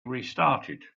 restarted